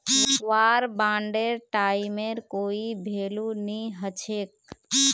वार बांडेर टाइमेर कोई भेलू नी हछेक